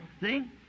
See